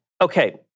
okay